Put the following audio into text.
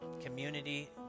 Community